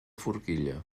forquilla